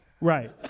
Right